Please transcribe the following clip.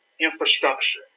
infrastructure